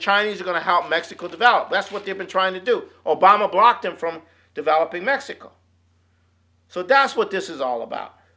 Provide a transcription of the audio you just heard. chinese are going to help mexico develop that's what they've been trying to do obama block them from developing mexico so that's what this is all about